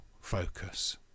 focus